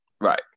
right